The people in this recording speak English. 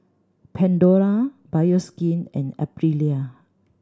Pandora Bioskin and Aprilia